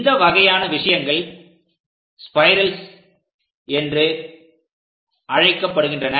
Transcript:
இந்த வகையான விஷயங்கள் ஸ்பைரல்ஸ் என்று அழைக்கப்படுகின்றன